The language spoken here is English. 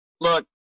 look